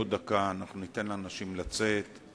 חכה, עוד דקה, ניתן לאנשים לצאת.